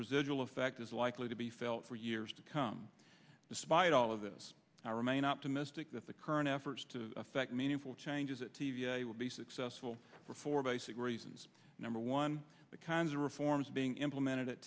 residual effect is likely to be felt for years to come despite all of this i remain optimistic that the current efforts to effect meaningful changes that will be successful for four basic reasons number one the kinds of reforms being implemented